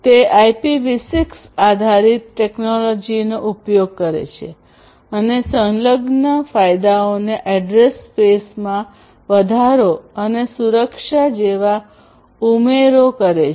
તે IPv6 આધારિત ટેકનોલોજીનો ઉપયોગ કરે છે અને સંલગ્ન ફાયદાઓને એડ્રેસ સ્પેસમાં વધારો અને સુરક્ષા જેવા ઉમેરો કરે છે